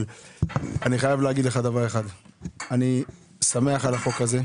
אני שמח על החוק הזה,